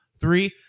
three